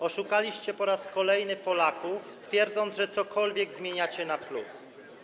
Oszukaliście po raz kolejny Polaków, twierdząc, że cokolwiek zmieniacie na plus.